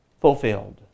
fulfilled